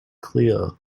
clear